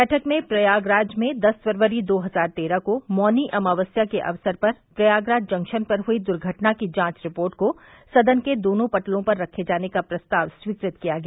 बैठक में प्रयागराज में दस फरवरी दो हजार तेरह को मौनी अमावस्या के अवसर पर प्रयागराज जंक्शन पर हई दुर्घटना की जांच रिपोर्ट को सदन के दोनों पटलों पर रखे जाने का प्रस्ताव स्वीकृत किया गया